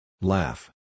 Laugh